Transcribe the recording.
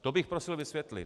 To bych prosil vysvětlit.